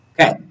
Okay